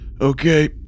Okay